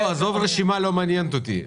עזוב את הרשימה, היא לא מעניינת אותי.